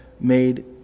made